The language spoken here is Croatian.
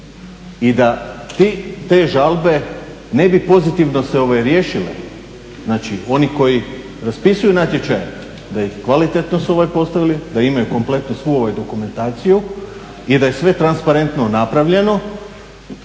i da te žalbe ne bi pozitivno se riješile, znači oni koji raspisuju natječaje da ih kvalitetnu su postavili, da imaju kompletnu svu dokumentaciju i da je sve transparentno napravljeno